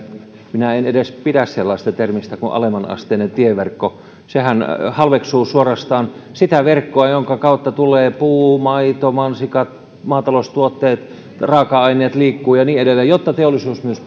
minä en edes pidä sellaisesta termistä kuin alemmanasteinen tieverkko sehän suorastaan halveksuu sitä verkkoa jonka kautta tulee puu maito mansikat maataloustuotteet raaka aineet liikkuvat ja niin edelleen jotta teollisuus myös